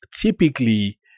typically